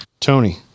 Tony